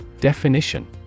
Definition